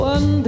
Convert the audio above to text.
One